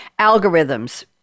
Algorithms